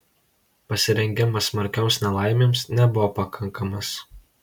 pasirengimas smarkioms nelaimėms nebuvo pakankamas